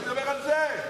אני מדבר על זה,